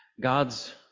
God's